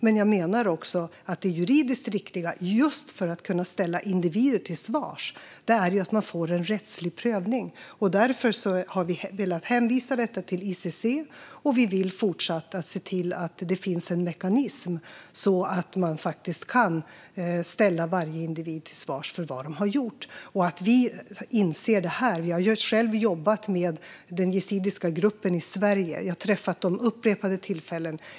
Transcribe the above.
Men jag menar att det juridiskt riktiga är att få en rättslig prövning, just för att kunna ställa individer till svars. Därför har vi velat hänvisa detta till ICC, och vi vill fortsätta se till att det finns en mekanism så att det går att ställa varje individ till svars för vad man har gjort. Vi inser det här. Jag har själv jobbat med den yazidiska gruppen i Sverige och har träffat den vid upprepade tillfällen.